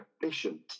efficient